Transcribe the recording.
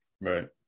right